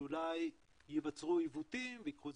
שאולי ייווצרו עיוותים וייקחו את